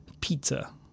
pizza